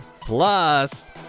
Plus